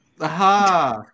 Aha